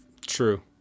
True